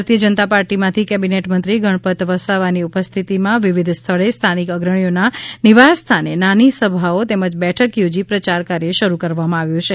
ભારતીય જનતા પાર્ટીમાંથી કેબિનેટ મંત્રી ગણપત વસાવાની ઉપસ્થિતિમાં વિવિધ સ્થળે સ્થાનિક અગ્રણીઓના નિવાસસ્થાને નાની સભાઓ તેમજ બેઠક યોજી પ્રચાર કાર્ય શરૂ કરવામાં આવ્યો છે